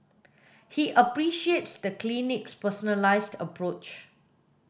he appreciates the clinic's personalised approach